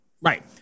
Right